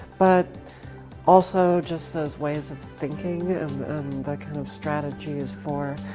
but also just those ways of thinking and and that kind of strategy as for